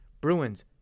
Bruins